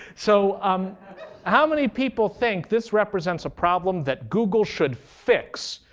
so um how many people think this represents a problem that google should fix?